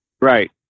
Right